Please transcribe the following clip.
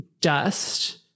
Dust